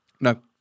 No